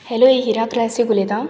hello ही Hira classic उलयतां